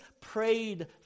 prayed